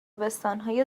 بستانهای